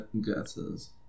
guesses